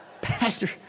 Pastor